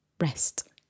Rest